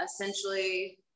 essentially